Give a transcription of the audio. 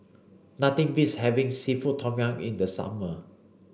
nothing beats having seafood Tom Yum in the summer